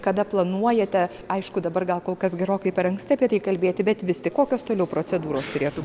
kada planuojate aišku dabar gal kol kas gerokai per anksti apie tai kalbėti bet vis tik kokios toliau procedūros turėtų